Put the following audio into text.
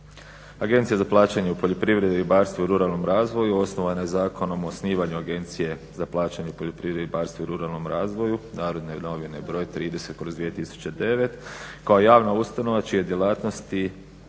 Agencija za plaćanje u poljoprivredi, ribarstvu i ruralnom razvoju osnovana je Zakonom o osnivanju Agencije za plaćanje u poljoprivredi, ribarstvu i ruralnom razvoju, Narodne novine 30/2009 kao javna ustanova čije djelatnosti